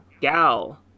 gal